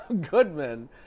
Goodman